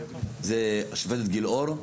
זה השופטת גילאור,